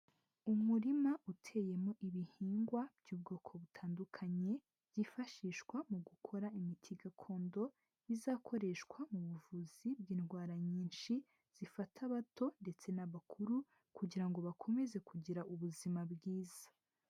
Umurima uteyemo ibihingwa by'ubwoko butandukanye byifashishwa mu gukora imiti gakondo izakoreshwa mu buvuzi bw'indwara nyinshi zifata abato ndetse n'abakuru kugira ngo bakomeze kugira ubuzima bwiza.